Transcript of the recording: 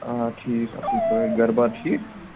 آ ٹھیٖک اَصٕل پٲٹھۍ گَرٕ بار ٹھیٖک